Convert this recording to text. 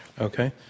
Okay